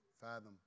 fathom